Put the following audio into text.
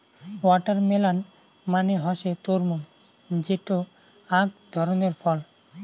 watermelon মানে হসে তরমুজ যেটো আক ধরণের ফল